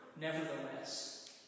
nevertheless